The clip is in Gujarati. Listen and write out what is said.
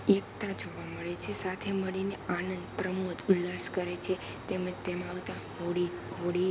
એકતા જોવા મળે છે સાથે મળીને આનંદ પ્રમોદ ઉલ્લાસ કરે છે તેમજ તેમાં આવતાં હોળી હોળી